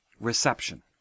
Reception